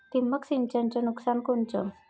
ठिबक सिंचनचं नुकसान कोनचं?